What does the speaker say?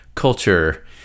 Culture